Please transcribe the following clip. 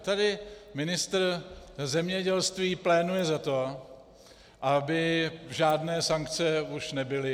Tady ministr zemědělství pléduje za to, aby žádné sankce už nebyly.